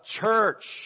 church